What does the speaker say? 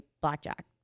blackjack